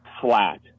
flat